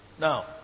Now